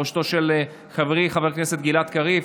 בראשותו של חברי חבר הכנסת גלעד קריב.